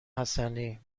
حسنی